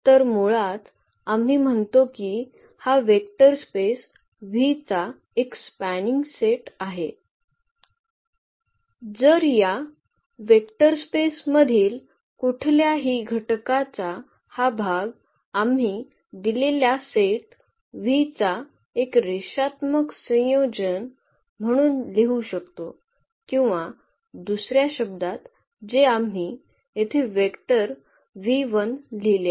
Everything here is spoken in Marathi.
तर मुळात आम्ही म्हणतो की हा वेक्टर स्पेस v चा एक स्पॅनिंग सेट आहे जर या वेक्टर स्पेस मधील कुठल्या ही घटकाचा हा भाग आम्ही दिलेल्या सेट v चा एक रेषात्मक संयोजन म्हणून लिहू शकतो किंवा दुसर्या शब्दात जे आम्ही येथे वेक्टर v1 लिहिले आहे